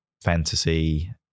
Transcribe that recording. fantasy